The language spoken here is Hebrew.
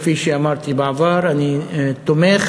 כפי שאמרתי בעבר, אני תומך